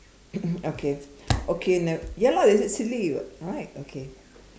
okay okay now ya lah they said silly [what] right okay